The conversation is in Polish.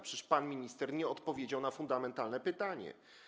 Przecież pan minister nie odpowiedział na fundamentalne pytanie.